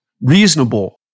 reasonable